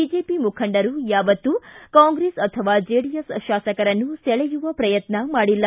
BJP ಮುಖಂಡರು ಯಾವತ್ತು ಕಾಂಗ್ರೆಸ್ ಅಥವಾ ಜೆಡಿಎಸ್ ಶಾಸಕರನ್ನು ಸೆಳೆಯುವ ಪ್ರಯತ್ನ ಮಾಡಿಲ್ಲ